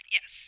Yes